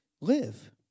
live